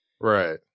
right